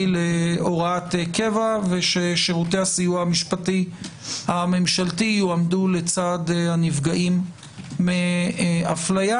להוראת קבע וששירותי הסיוע הממשלתי יועמדו לצד הנפגעים מאפליה.